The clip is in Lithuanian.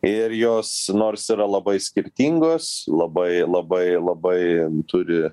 ir jos nors yra labai skirtingos labai labai labai turi